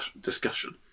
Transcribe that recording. discussion